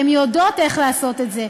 הן יודעות איך לעשות את זה.